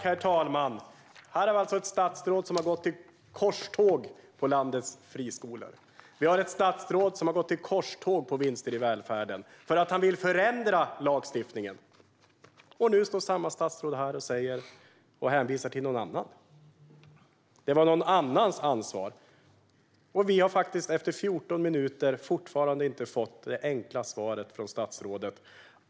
Herr talman! Här har vi ett statsråd som har gått i korståg mot landets friskolor. Vi har ett statsråd som har gått i korståg mot vinster i välfärden för att han vill förändra lagstiftningen. Nu står samma statsråd här och hänvisar till någon annan. Det var någon annans ansvar. Vi har efter 14 minuter fortfarande inte fått det enkla svaret från statsrådet.